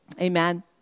Amen